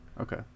Okay